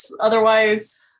otherwise